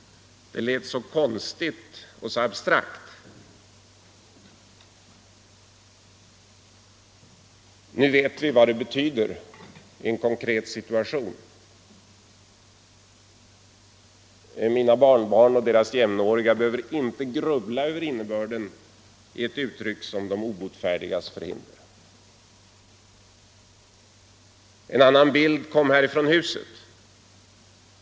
Det lät så konstigt och så abstrakt. Nu vet vi vad det betyder i en konkret situation. Mina barnbarn och deras jämnåriga behöver inte grubbla över vad det uttrycket innebär. En annan bild kom här från huset.